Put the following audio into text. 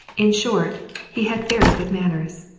in short he had very good manners.